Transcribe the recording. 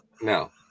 No